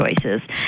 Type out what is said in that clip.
choices